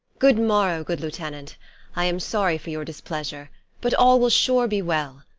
good-morrow, good lieutenant i am sorry for your displeasure but all will sure be well.